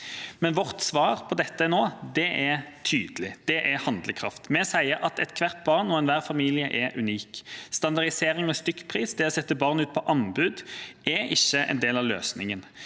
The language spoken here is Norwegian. Vårt svar på dette nå er tydelig: Det er handlekraft. Vi sier at ethvert barn og enhver familie er unik. Standardisering og stykkpris, det å sette barn ut på anbud, er ikke en del av løsningen.